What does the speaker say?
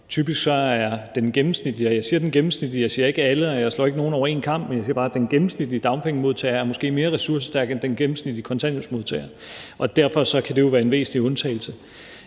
jeg siger den gennemsnitlige, jeg siger ikke alle, og jeg skærer ikke nogen over én kam, men jeg siger bare den gennemsnitlige dagpengemodtager – er måske typisk mere ressourcestærk end den gennemsnitlige kontanthjælpsmodtager, og derfor kan det jo være en væsentlig undtagelse.